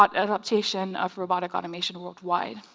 but adoption of robotic automation worldwide.